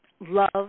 love